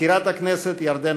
אדוני ראש הממשלה חבר הכנסת בנימין